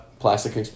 Plastic